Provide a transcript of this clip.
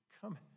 come